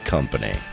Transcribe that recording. Company